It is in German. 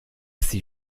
sie